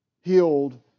healed